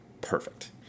perfect